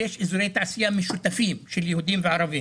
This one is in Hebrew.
ויש אזורי תעשייה משותפים של יהודים וערבים.